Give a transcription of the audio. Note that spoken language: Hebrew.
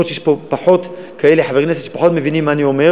יכול להיות שיש פה חברי כנסת שמבינים פחות מה אני אומר.